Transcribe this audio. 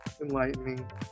enlightening